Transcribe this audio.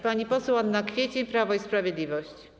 Pani poseł Anna Kwiecień, Prawo i Sprawiedliwość.